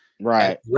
right